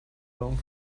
daumen